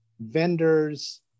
vendors